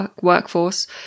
workforce